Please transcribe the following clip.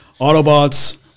Autobots